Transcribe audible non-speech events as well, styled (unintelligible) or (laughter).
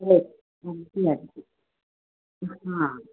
(unintelligible) हां